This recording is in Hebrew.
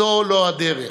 זו לא הדרך.